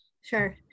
Sure